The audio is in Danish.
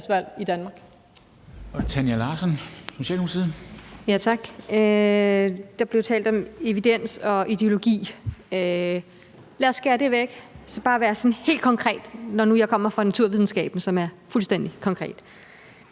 har i Danmark,